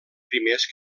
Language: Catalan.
primers